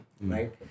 right